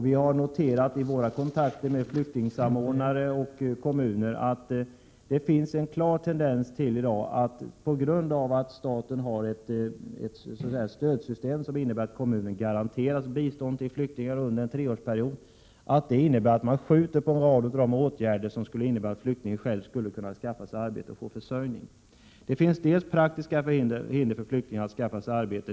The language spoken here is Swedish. Vi har noterat vid våra kontakter med flyktingsamordnare och kommuner att det finns en klar tendens i dag, på grund av att staten har ett stödsystem som innebär att kommunen garanteras bistånd till flyktingar under en treårsperiod, att man skjuter på en rad åtgärder som skulle kunna leda till att flyktingen själv kunde skaffa sig ett arbete och få sin försörjning. Det finns visserligen praktiska hinder för flyktingar att skaffa sig arbete.